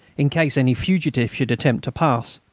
in case any fugitive should attempt to pass.